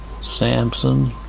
Samson